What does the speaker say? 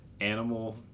animal